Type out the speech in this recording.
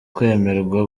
kwemerwa